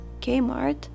Kmart